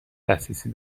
دسترسی